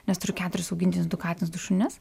nes turiu keturis augintinius du katinus šunis